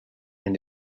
and